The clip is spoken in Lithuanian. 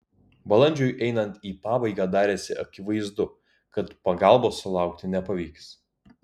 balandžiui einant į pabaigą darėsi akivaizdu kad pagalbos sulaukti nepavyks